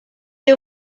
est